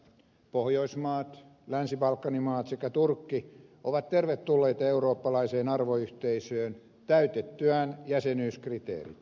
pohjoismaat länsi balkanin maat sekä turkki ovat tervetulleita eurooppalaiseen arvoyhteisöön täytettyään jäsenyyskriteerit